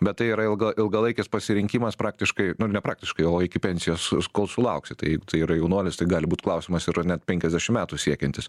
bet tai yra ilga ilgalaikis pasirinkimas praktiškai nu ir ne praktiškai o iki pensijos kol sulauksi tai tai yra jaunuolis tai gali būt klausimas ir ar net penkiasdešimt metų siekiantis